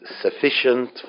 sufficient